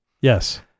Yes